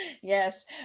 Yes